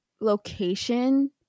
location